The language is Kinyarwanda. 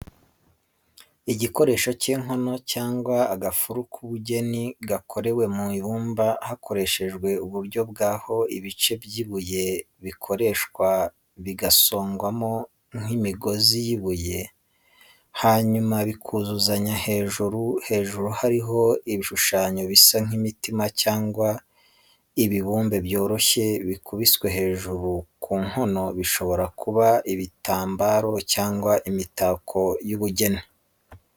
Igikoresho cy’inkono cyangwa agafuru k’ubugeni gakorewe mu ibumba hakoreshejwe uburyo bw'aho ibice by’ibuye bikoreshwa bigasongwamo nk’imigozi y’ibuye, hanyuma bikuzuzanya hejuru. Hejuru hariho ibishushanyo bisa n’imitima cyangwa ibibumbe byoroshye bikubiswe hejuru ku nkono, bishobora kuba ibitambaro cyangwa imitako y’ubugeni.